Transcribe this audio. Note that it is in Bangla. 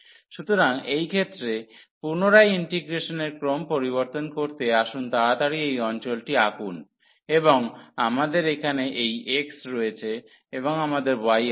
সুতরাং এই ক্ষেত্রে পুনরায় ইন্টিগ্রেশনের ক্রম পরিবর্তন করতে আসুন তাড়াতাড়ি এই অঞ্চলটি আঁকুন এবং আমাদের এখানে এই x রয়েছে এবং আমাদের y আছে